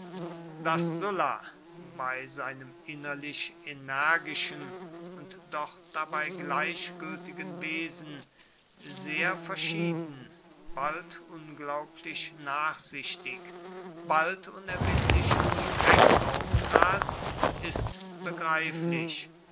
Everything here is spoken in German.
daß sulla bei seinem innerlich energischen und doch dabei gleichgültigen wesen sehr verschieden bald unglaublich nachsichtig bald unerbittlich streng auftrat ist begreiflich